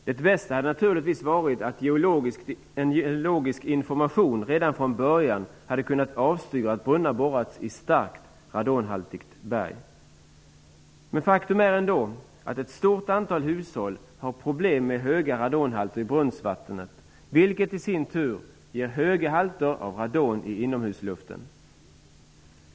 Det bästa hade naturligtvis varit att geologisk information redan från början hade kunnat avstyra att brunnar borras i starkt radonhaltigt berg. Men faktum är att ett stort antal hushåll har problem med höga radonhalter i brunnsvattnet, vilket i sin tur ger höga halter av radon i inomhusluften.